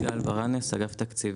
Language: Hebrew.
אני גל ברנס, מאגף תקציבים.